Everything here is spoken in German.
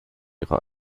ihre